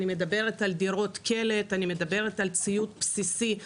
אני מדברת על דירות קלט, על ציוד בסיסי.